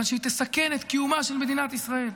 כיוון שהיא תסכן את קיומה של מדינת ישראל.